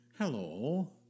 Hello